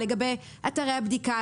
לגבי אתרי הבדיקה,